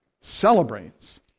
celebrates